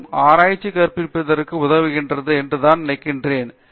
மற்றும் ஆராய்ச்சி கற்பிப்பதற்கு உதவுகிறது என்று நான் உணர்கிறேன்